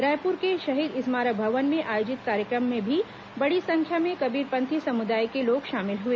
रायपुर के शहीद स्मारक भवन में आयोजित कार्यक्रम में भी बड़ी संख्या में कबीर पंथी समुदाय के लोग शामिल हुए